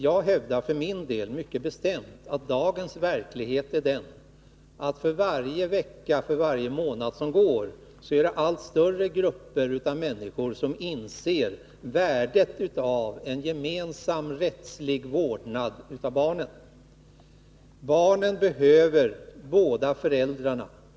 Jag hävdar mycket bestämt att dagens verklighet är den att för varje vecka och för varje månad som går är det allt större grupper av människor som inser värdet av en gemensam rättslig vårdnad av barnen. Barnen behöver båda föräldrarna.